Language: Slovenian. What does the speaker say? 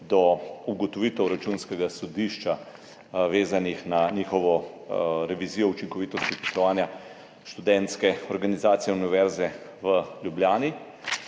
do ugotovitev Računskega sodišča, vezanih na njihovo revizijo učinkovitosti poslovanja Študentske organizacije Univerze v Ljubljani.